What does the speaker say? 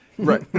Right